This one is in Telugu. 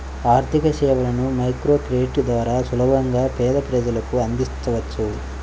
ఆర్థికసేవలను మైక్రోక్రెడిట్ ద్వారా సులభంగా పేద ప్రజలకు అందించవచ్చు